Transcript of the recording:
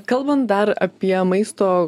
kalbant dar apie maisto